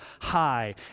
high